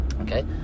okay